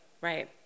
right